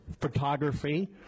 photography